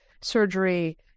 surgery